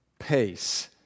pace